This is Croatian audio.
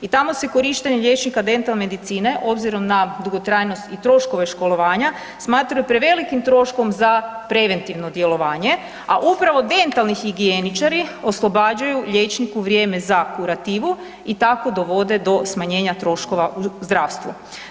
I tamo se korištenje liječnika dentalne medicine obzirom na dugotrajnost i troškove školovanja smatraju prevelikim troškom za preventivno djelovanje, a upravo dentalni higijeničari oslobađaju liječniku vrijeme za kurativu i tako dovode do smanjenja troškova u zdravstvu.